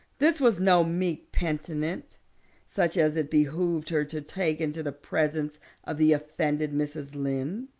this was no meek penitent such as it behooved her to take into the presence of the offended mrs. lynde.